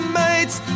mates